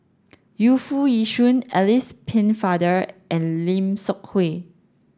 Yu Foo Yee Shoon Alice Pennefather and Lim Seok Hui